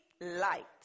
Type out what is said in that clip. light